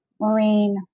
Maureen